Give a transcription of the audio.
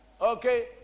Okay